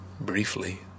briefly